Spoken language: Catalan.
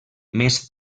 més